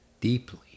deeply